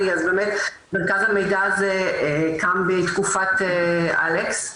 אז באמת מרכז המידע הזה קם בתקופת אלכס